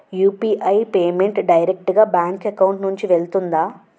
UPI payment direct గా bank account నుంచి వెళ్తుందా?